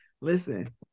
listen